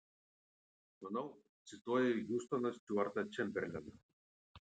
manau cituoji hiustoną stiuartą čemberleną